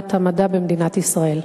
לטובת המדע במדינת ישראל.